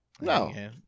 No